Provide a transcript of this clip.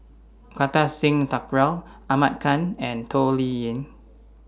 Kartar Singh Thakral Ahmad Khan and Toh Liying